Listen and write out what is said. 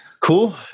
Cool